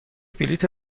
بلیت